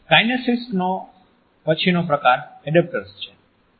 કાઈનેસીક્સનો પછીનો પ્રકાર એડેપ્ટર્સ છે